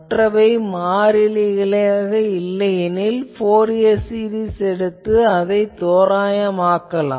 மற்றவை மாறிலிகளாக இல்லையெனில் ஃபோரியர் சீரிஸ் எடுத்து அதை தோரயமாக்கலாம்